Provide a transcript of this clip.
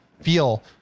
feel